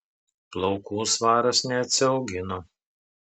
plaukų svaras neatsiaugino